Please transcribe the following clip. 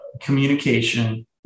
communication